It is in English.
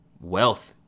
wealth